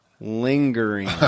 lingering